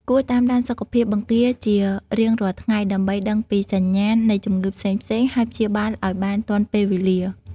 គួរតាមដានសុខភាពបង្គាជារៀងរាល់ថ្ងៃ ដើម្បីដឹងពីសញ្ញាណនៃជំងឺផ្សេងៗ ហើយព្យាបាលឲ្យបានទាន់ពេលវេលា។